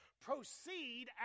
proceed